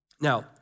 Now